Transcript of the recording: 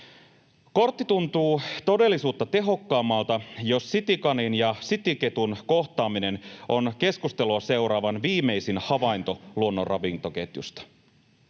Kortti tuntuu todellisuutta tehokkaammalta, jos citykanin ja cityketun kohtaaminen on keskustelua seuraavan viimeisin havainto luonnon ravintoketjusta.